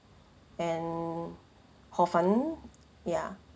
and hor fun ya